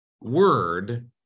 word